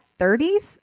30s